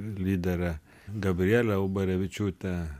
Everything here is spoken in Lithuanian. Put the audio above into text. lyderė gabrielė ubarevičiūtė